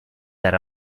that